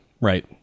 Right